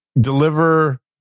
deliver